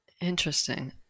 Interesting